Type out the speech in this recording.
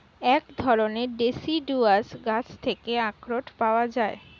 এক ধরণের ডেসিডুয়াস গাছ থেকে আখরোট পাওয়া যায়